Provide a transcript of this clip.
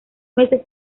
meses